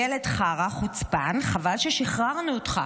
ילד חרא, חוצפן, חבל ששחררנו אותך,